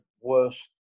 worst